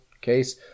case